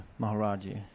Maharaji